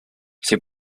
c’est